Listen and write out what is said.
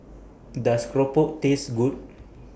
Does Keropok Taste Good